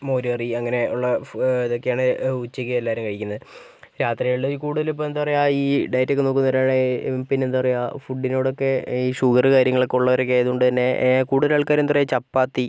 മോര് കറി അങ്ങനെ ഉള്ള ഉഫ് അതൊക്കെയാണ് ഉച്ചയ്ക്ക് എല്ലാവരും കഴിക്കുന്നത് രാത്രികളിൽ ഈ കൂടുതലും ഇപ്പോൾ എന്താ പറയുക ഈ ഡേറ്റ് ഒക്കെ നോക്കുന്നവരാണേൽ പിന്നെ എന്താ പറയുക ഫുഡിനോടൊക്കെ ഈ ഷുഗർ കാര്യങ്ങളൊക്കെ ഉള്ളവരൊക്കെ ആയത്കൊണ്ട് തന്നേ കൂടുതൽ ആൾകാര് ചപ്പാത്തി